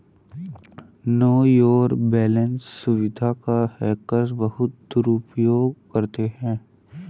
no your balance सुविधा का hackers बहुत दुरुपयोग करते हैं